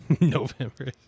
November